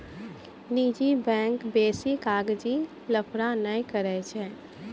निजी बैंक बेसी कागजी लफड़ा नै करै छै